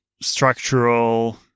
structural